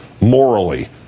morally